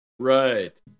Right